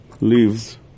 leaves